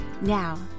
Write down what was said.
Now